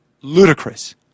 ludicrous